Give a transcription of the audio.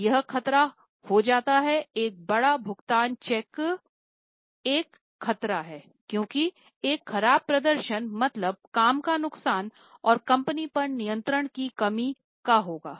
तो यह खतरा हो जाता है एक बड़ा भुगतान चेक ख़तरा हैं क्योंकि एक खराब प्रदर्शन मतलब काम का नुकसान और कंपनी पर नियंत्रण की कमी का होगा